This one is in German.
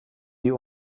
die